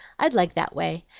i'd like that way,